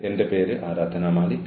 എന്റെ പേര് ആരാധന മാലിക്